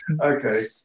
okay